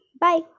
Bye